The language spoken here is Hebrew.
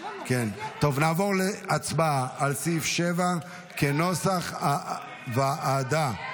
נעבור להצבעה על סעיף 7 כנוסח הוועדה.